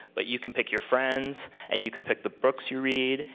but you can pick your friends, and you can pick the books you read,